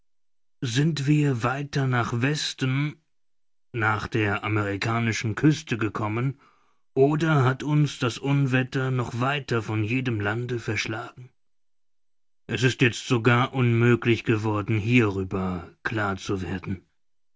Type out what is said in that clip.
sind wir weiter nach westen nach der amerikanischen küste gekommen oder hat uns das unwetter noch weiter von jedem lande verschlagen es ist jetzt sogar unmöglich geworden hierüber klar zu werden